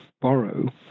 borrow